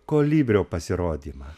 kolibrio pasirodymą